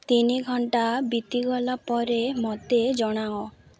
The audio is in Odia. ତିନି ଘଣ୍ଟା ବିତିଗଲା ପରେ ମୋତେ ଜଣାଅ